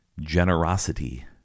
generosity